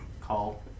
Call